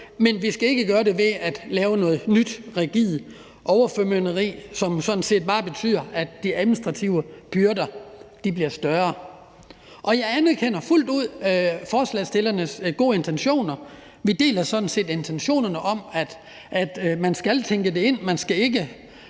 men vi skal ikke gøre det ved at lave noget nyt, rigidt overformynderi, som sådan set bare betyder, at de administrative byrder bliver større. Jeg anerkender fuldt ud forslagsstillernes gode intentioner. Vi deler sådan set intentionerne om, at man skal tænke det ind. Man skal ikke